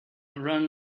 run